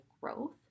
growth